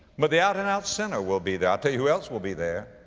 but the out and out sinner will be there. i'll tell you who else will be there.